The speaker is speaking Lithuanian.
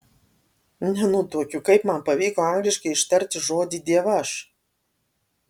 nenutuokiu kaip man pavyko angliškai ištarti žodį dievaž